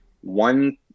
one